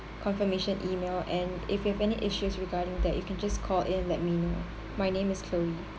confirmation email and if you have any issues regarding that you can just call in let me know my name is chloe